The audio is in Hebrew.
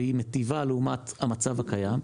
והיא מיטיבה לעומת המצב הקיים.